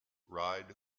ride